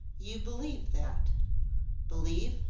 you believe that believe?